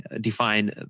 define